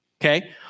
okay